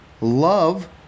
love